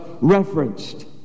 referenced